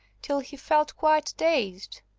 till he felt quite dazed.